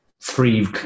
three